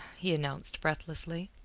he announced breathlessly.